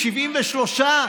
73,